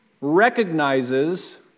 recognizes